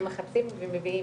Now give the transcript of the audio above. אנחנו מחפשים ומביאים,